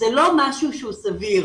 זה לא משהו שהוא סביר.